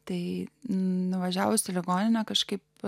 tai nuvažiavus į ligoninę kažkaip